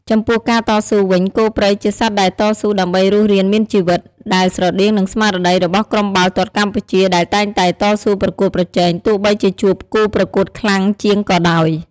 ចំពោះការតស៊ូវិញ គោព្រៃជាសត្វដែលតស៊ូដើម្បីរស់រានមានជីវិត ដែលស្រដៀងនឹងស្មារតីរបស់ក្រុមបាល់ទាត់កម្ពុជាដែលតែងតែតស៊ូប្រកួតប្រជែងទោះបីជាជួបគូប្រកួតខ្លាំងជាងក៏ដោយ។